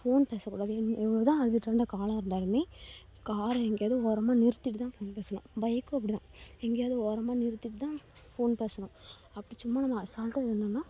phone பேசக்கூடாது எவ்வளோதான் அர்ஜெண்ட்டான காலாக இருந்தாலுமே காரை எங்கேயாவது ஓரமாக நிறுத்திவிட்டு தான் ஃபோன் பேசணும் பைக்கும் அப்படி தான் எங்கேயாவது ஓரமாக நிறுத்திவிட்டு தான் ஃபோன் பேசணும் அப்படி சும்மா நம்ம அசால்ட்டாக இருந்தோம்ன்னா